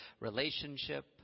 relationship